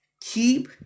keep